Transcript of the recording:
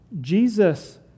Jesus